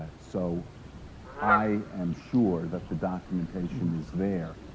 um so i am sure that the documentation is there,